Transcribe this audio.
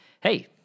Hey